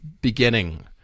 beginning